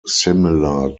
similar